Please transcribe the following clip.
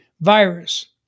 virus